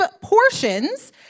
portions—